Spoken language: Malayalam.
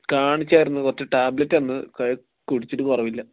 കാണിച്ചായിരുന്നു കുറച്ച് ടാബ്ലറ്റ് തന്ന് കുടിച്ചിട്ട് കുറവില്ല